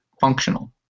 functional